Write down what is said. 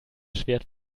schwert